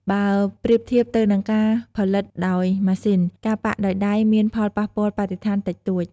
បើប្រៀបធៀបទៅនឹងការផលិតដោយម៉ាស៊ីន ការប៉ាក់ដោយដៃមាន ផលប៉ះពាល់បរិស្ថានតិចតួច។